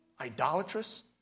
idolatrous